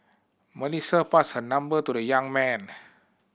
Melissa passed her number to the young man